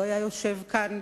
לא היה יושב כאן,